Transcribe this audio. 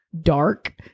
dark